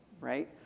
right